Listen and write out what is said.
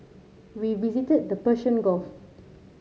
we visited the Persian Gulf